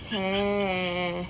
!chey!